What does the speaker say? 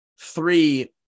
three